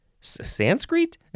Sanskrit